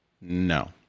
No